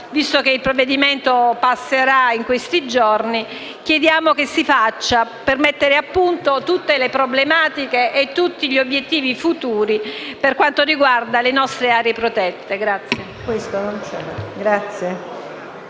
visto che il provvedimento passerà in questi giorni, chiediamo che essa sia convocata e che si svolga, per mettere a punto tutte le problematiche e tutti gli obiettivi futuri per quanto riguarda le nostre aree protette.